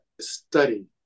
study